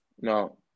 No